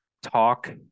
talk